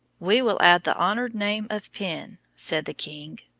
we will add the honoured name of penn, said the king.